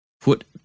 put